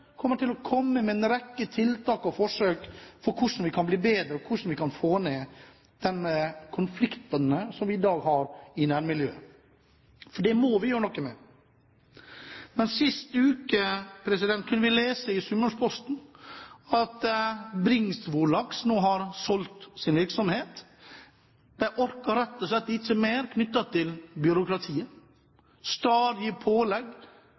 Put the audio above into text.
å komme med en rekke tiltak og forslag om hvordan vi kan bli bedre og hvordan vi kan dempe de konfliktene som vi i dag har i nærmiljøet. For det må vi gjøre noe med. Sist uke kunne vi lese i Sunnmørsposten at Bringsvor Laks nå har solgt sin virksomhet. De orket rett og slett ikke mer av byråkratiet. Det var stadige pålegg